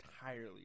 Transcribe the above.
entirely